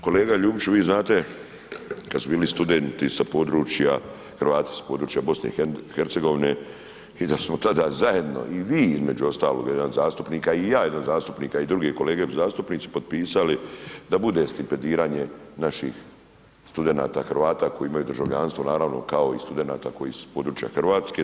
Kolega Ljubiću, vi znate kad su bili studenti sa područja, Hrvati s područja BiH i da smo tada zajedno i vi između ostalog, jedan od zastupnika i ja jedan od zastupnika i druge kolege zastupnici potpisali da bude stipendiranje naših studenata Hrvata koji imaju državljanstvo, naravno i studenata koji su s područja Hrvatske.